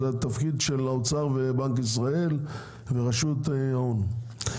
זה התפקיד של האוצר ובנק ישראל ורשות שוק ההון.